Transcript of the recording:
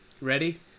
Ready